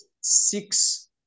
six